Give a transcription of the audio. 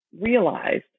realized